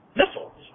missiles